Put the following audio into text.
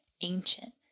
ancient